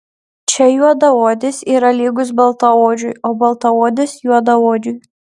čia juodaodis yra lygus baltaodžiui o baltaodis juodaodžiui